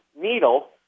needle